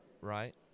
right